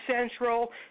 Central